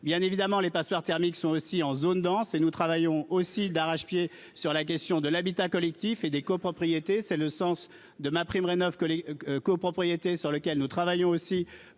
bien évidemment, les passoires thermiques sont aussi en zone dense et nous travaillons aussi d'arrache-pied sur la question de l'habitat collectif et des copropriétés, c'est le sens de MaPrimeRénov'que les copropriétés, sur lequel nous travaillons aussi